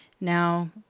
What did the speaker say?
Now